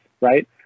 right